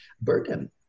burden